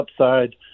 upside